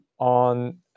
on